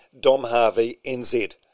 domharveynz